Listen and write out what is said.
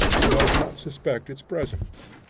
he does not suspect its presence.